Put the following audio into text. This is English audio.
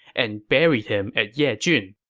and buried him at yejun